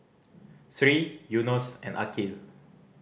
Sri Yunos and Aqil